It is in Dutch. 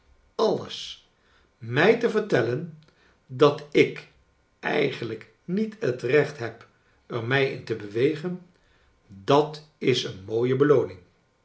alles i mij te vertellen dat ik eigenlijk niet het recht heb er mij in te bewegen dat is een mooie belooning